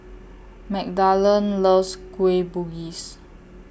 Magdalen loves Kueh Bugis